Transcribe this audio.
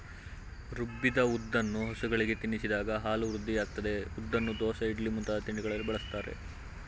ರುಬ್ಬಿದ ಉದ್ದನ್ನು ಹಸುಗಳಿಗೆ ತಿನ್ನಿಸಿದಾಗ ಹಾಲು ವೃದ್ಧಿಯಾಗ್ತದೆ ಉದ್ದನ್ನು ದೋಸೆ ಇಡ್ಲಿ ಮುಂತಾದ ತಿಂಡಿಯಲ್ಲಿ ಬಳಸ್ತಾರೆ